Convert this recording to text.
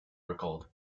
recalled